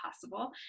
possible